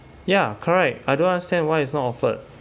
ya correct I don't understand why is not offered